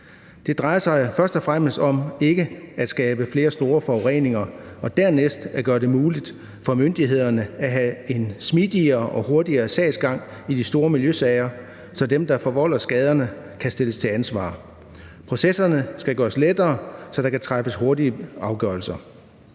Det drejer sig først og fremmest om ikke at skabe flere store forureninger og dernæst at gøre det muligt for myndighederne at have en smidigere og hurtigere sagsgang i de store miljøsager, så dem, der forvolder skaderne, kan stilles til ansvar. Processerne skal gøres lettere, så der kan træffes hurtige afgørelser.